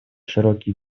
широкие